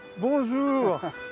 bonjour